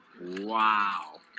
Wow